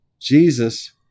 Jesus